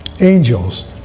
angels